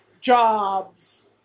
jobs